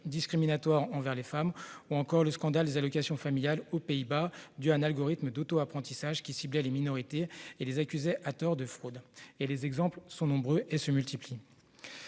discriminatoire envers les femmes, ou encore du scandale des allocations familiales aux Pays-Bas, où un algorithme d'auto-apprentissage ciblait les minorités et les accusait à tort de fraude, les exemples sont nombreux et se multiplient.